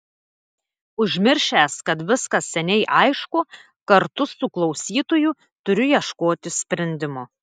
užmiršęs kad viskas seniai aišku kartu su klausytoju turiu ieškoti sprendimo